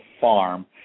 farm